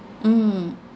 mm